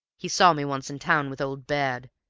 he saw me once in town with old baird.